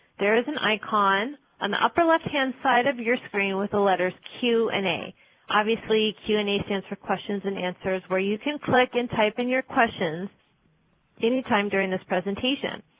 there is an icon on the upper left-hand side of your screen with the letters q and a obviously, q and a stands for questions and answers where you can click and type in your questions any time during this presentation.